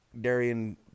Darian